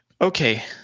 Okay